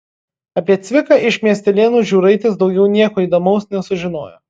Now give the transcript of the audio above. apie cviką iš miestelėnų žiūraitis daugiau nieko įdomaus nesužinojo